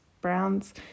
Brown's